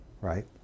right